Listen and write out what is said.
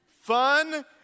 Fun